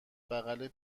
بغل